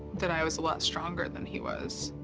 that i was a lot stronger than he was.